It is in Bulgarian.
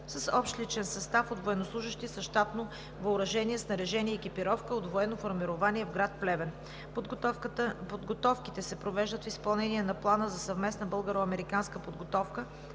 с общ личен състав от военнослужещи с щатно въоръжение, снаряжение и екипировка от военно формирование от град Плевен. Подготовките се провеждат в изпълнение на Плана за съвместна българо-американска подготовка